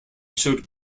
showed